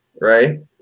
right